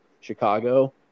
chicago